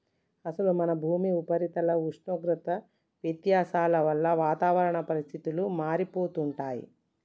అసలు మన భూమి ఉపరితల ఉష్ణోగ్రత వ్యత్యాసాల వల్ల వాతావరణ పరిస్థితులు మారిపోతుంటాయి